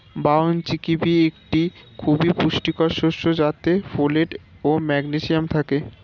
brown chickpea একটি খুবই পুষ্টিকর শস্য যাতে ফোলেট ও ম্যাগনেসিয়াম থাকে